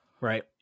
Right